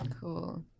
Cool